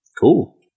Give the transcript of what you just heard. Cool